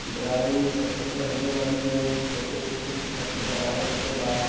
drawing सबसे पहले मैंने छोटे छोटे ऐसे करके बनाए उसके बाद